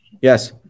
Yes